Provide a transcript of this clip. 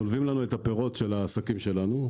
גונבים לנו את הפירות של העסקים שלנו.